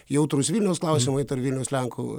jautrūs vilniaus klausimai tarp vilniaus lenkų